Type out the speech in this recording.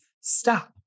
stop